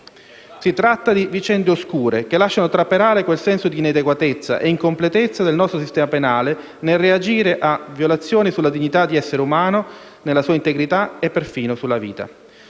Si tratta di vicende oscure che lasciano trapelare quel senso di inadeguatezza e incompletezza del nostro sistema penale nel reagire a violazioni sulla dignità di essere umano, nella sua integrità e perfino sulla vita.